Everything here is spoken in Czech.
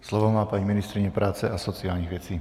Slovo má paní ministryně práce a sociálních věcí.